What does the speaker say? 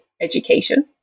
education